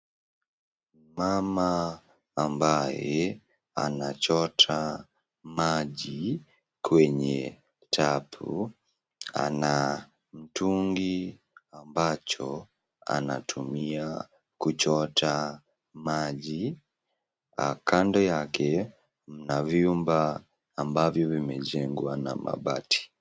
Mama ambaye anachota maji kwenye tapu ana mtungi ambacho anatumia kuchota maji. Kando yake mna vyumba ambavyo vimezingirwa na mabati.